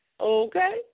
Okay